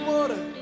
Water